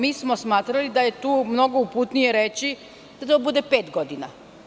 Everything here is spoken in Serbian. Mi smo smatrali da je tu mnogo uputnije reći da bude pet godina.